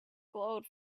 glowed